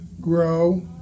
grow